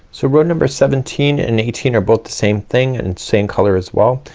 so row number seventeen and eighteen are both the same thing and same color as well.